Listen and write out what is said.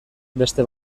beste